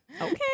okay